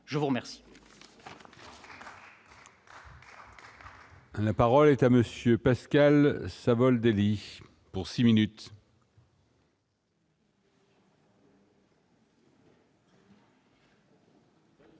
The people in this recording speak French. je vous remercie.